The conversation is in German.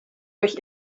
durch